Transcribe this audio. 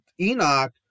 Enoch